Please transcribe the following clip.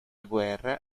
guerra